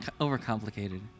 Overcomplicated